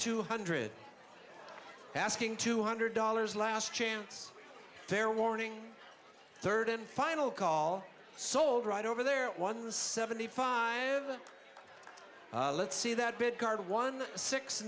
two hundred asking two hundred dollars last chance they're warning third and final call sold right over there at one seventy five let's see that big card one six